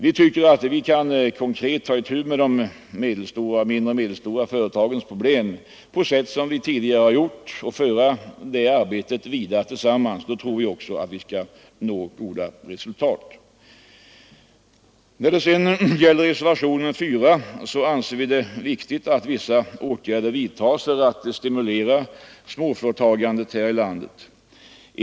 Vi tycker att vi konkret kan ta itu med de mindre och medelstora företagens problem på sätt som vi tidigare gjort och föra det arbetet vidare tillsammans. Då tror vi också att vi skall kunna nå goda resultat. Beträffande reservationen 4 anser vi det viktigt att vissa åtgärder vidtas för att stimulera småföretagandet här i landet.